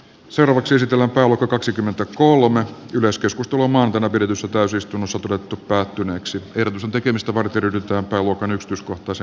seuraavaksi sitä lapaluoto kaksikymmentäkolme ylöskeskustuomaan tänne pidetyssä täysistunnossa todettu päättyneeksi tekemistä varten ryhdytään rauhanyhdistys kokosi